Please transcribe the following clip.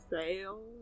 fail